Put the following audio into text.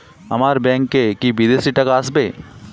আমার ব্যংকে কি বিদেশি টাকা আসবে?